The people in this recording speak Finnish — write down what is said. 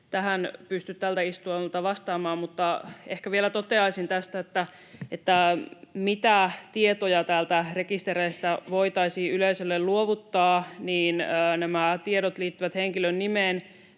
tähän pysty tältä istumalta vastaamaan. Mutta ehkä vielä toteaisin tästä, mitä tietoja täältä rekistereistä voitaisiin yleisölle luovuttaa. Nämä tiedot liittyvät henkilön nimeen,